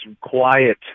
quiet